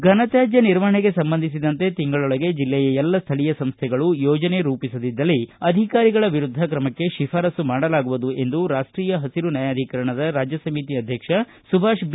ಫನತ್ಕಾಜ್ಯ ನಿರ್ವಹಣೆಗೆ ಸಂಬಂಧಿಸಿದಂತೆ ತಿಂಗಳೊಳಗೆ ಜಿಲ್ಲೆಯ ಎಲ್ಲ ಸ್ಥಳೀಯ ಸಂಸ್ಥೆಗಳು ಯೋಜನೆ ರೂಪಿಸದಿದ್ದಲ್ಲಿ ಅಧಿಕಾರಿಗಳ ವಿರುದ್ಧ ತ್ರಮಕ್ಕೆ ಶಿಫಾರಸ್ಲು ಮಾಡಲಾಗುವುದು ಎಂದು ರಾಷ್ಟೀಯ ಪಸಿರು ನ್ಯಾಯಾಧೀಕರಣದ ರಾಜ್ಯ ಸಮಿತಿ ಅಧ್ಯಕ್ಷ ಸುಭಾಷ್ ಬಿ